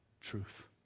truth